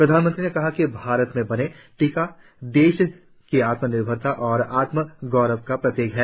प्रधानमंत्री ने कहा कि भारत में बना टीका देश की आत्मनिर्भरता और आत्म गौरव का प्रतीक है